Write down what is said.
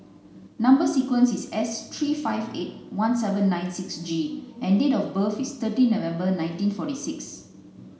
number sequence is S three five eight one seven nine six G and date of birth is thirteen November nineteen forty six